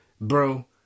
bro